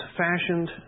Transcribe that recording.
fashioned